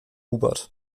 hubert